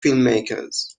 filmmakers